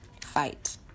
fight